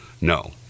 No